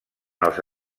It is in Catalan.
els